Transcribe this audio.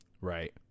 Right